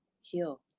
heal